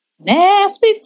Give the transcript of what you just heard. Nasty